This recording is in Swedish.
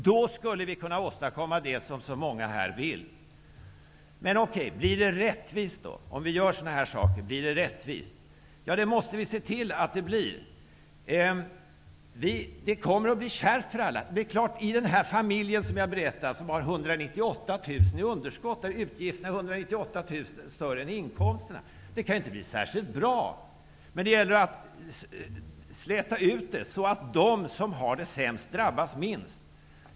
Då skulle vi kunna åstadkomma det som så många här vill. Blir det rättvist om vi gör sådana här saker? Ja, vi måste se till att det blir det. Det kommer att bli kärvt för alla. I den familj som jag berättade om som har 198 000 kr i underskott, där utgifterna är 198 000 kr större än utgifterna, kan det inte bli särskilt bra. Men det gäller att släta ut det, så att de som har det sämst drabbast minst.